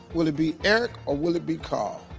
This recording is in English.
will it be eric, or will it be carl?